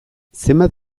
zenbat